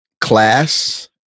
class